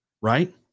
right